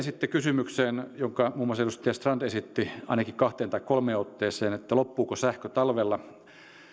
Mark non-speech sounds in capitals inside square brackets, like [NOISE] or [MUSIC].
[UNINTELLIGIBLE] sitten kysymykseen jonka muun muassa edustaja strand esitti ainakin kahteen tai kolmeen otteeseen että loppuuko sähkö talvella